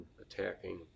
Attacking